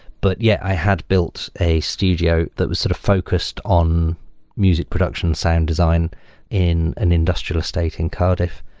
but yeah, i had built a studio that was sort of focused on music production, sound design in an industrial state in cardiff,